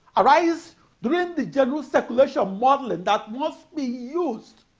arise during the general circulation modeling that must be used